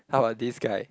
how about this guy